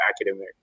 academic